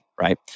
right